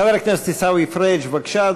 חבר הכנסת עיסאווי פריג' בבקשה,